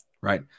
right